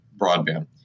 broadband